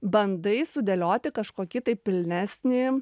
bandai sudėlioti kažkokį tai pilnesnį